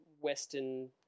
western